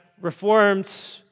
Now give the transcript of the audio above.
Reformed